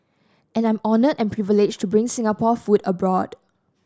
and I'm honoured and privileged to bring Singapore food abroad